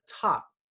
top